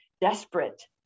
desperate